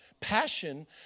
Passion